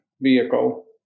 vehicle